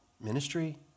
ministry